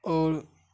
اور